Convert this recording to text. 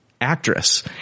actress